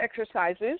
exercises